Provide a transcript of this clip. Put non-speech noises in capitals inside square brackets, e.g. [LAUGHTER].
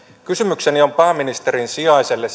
kysymykseni on pääministerin sijaiselle [UNINTELLIGIBLE]